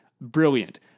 brilliant